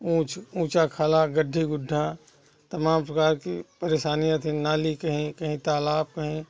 उँच उँचा खाला गड्ढी गुड्ढा तमाम प्रकार की परेशानियाँ थी नाली कहीं कहीं तालाब कहीं